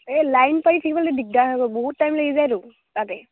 এই লাইন পাতি থাকিবলৈ দিগদাৰ সেইবােৰ বহুত টাইম লাগি যায়টো তাতে